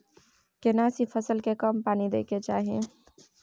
केना सी फसल के कम पानी दैय के चाही?